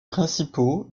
principaux